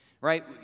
right